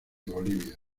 bolivia